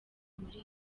muri